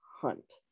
Hunt